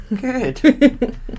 Good